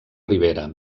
ribera